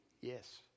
Yes